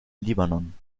libanon